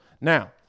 Now